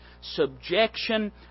subjection